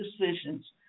decisions